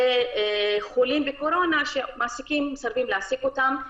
חולים בקורונה, שמעסיקים מסרבים להעסיק אותם.